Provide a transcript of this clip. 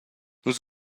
nus